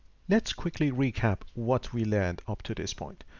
let's quickly recap what we learned up to this point.